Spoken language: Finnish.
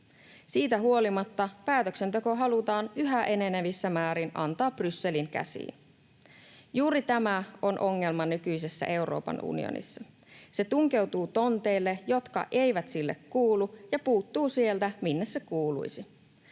Siitä huolimatta päätöksenteko halutaan yhä enenevissä määrin antaa Brysselin käsiin. Juuri tämä on ongelma nykyisessä Euroopan unionissa. Se tunkeutuu tonteille, jotka eivät sille kuulu, ja puuttuu sieltä, minne se kuuluisi.